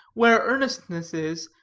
where earnestness is,